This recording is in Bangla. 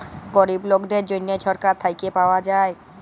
গরিব লকদের জ্যনহে ছরকার থ্যাইকে পাউয়া যায়